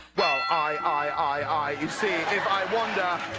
well, i, i, i, i, you see, if i wonder,